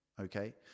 okay